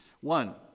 One